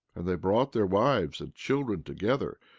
and they brought their wives and children together,